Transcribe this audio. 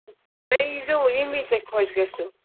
تُہۍ ییٖزیو ییٚمۍ وِزِ تۄہہِ خۄش گژھیو